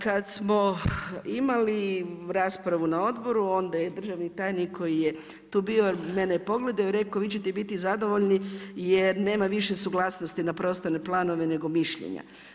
Kada smo imali raspravu na odboru onda je državni tajnik koji je tu bio mene pogledao i rekao vi ćete biti zadovoljni jer nema više suglasnosti na prostorne planove nego mišljenja.